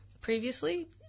previously